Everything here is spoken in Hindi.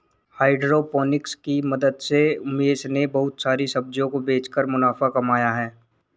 हाइड्रोपोनिक्स की मदद से उमेश ने बहुत सारी सब्जियों को बेचकर मुनाफा कमाया है